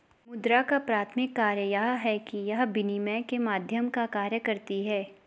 मुद्रा का प्राथमिक कार्य यह है कि यह विनिमय के माध्यम का कार्य करती है